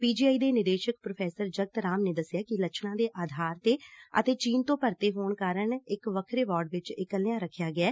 P G I ਦੇ ਨਿਦੇਸ਼ਕ professor Jagat Ram ਨੇ ਦਸਿਐ ਕਿ ਲੱਛਣਾਂ ਦੇ ਆਧਾਰ ਤੇ ਅਤੇ ਚੀਨ ਤੋ ਪਰਤੇ ਹੋਣ ਕਾਰਨ ਇਕ ਵੱਖਰੇ ਵਾਰਡ ਚ ਇਕਲਿਆ ਰਖਿਆ ਗਿਐ